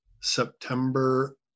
September